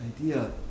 idea